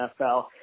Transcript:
NFL